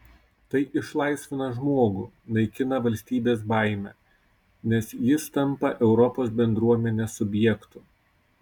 tai išlaisvina žmogų naikina valstybės baimę nes jis tampa europos bendruomenės subjektu